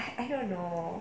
I don't know